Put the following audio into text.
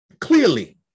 clearly